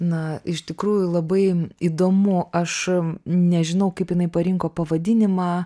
na iš tikrųjų labai įdomu aš nežinau kaip jinai parinko pavadinimą